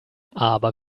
aber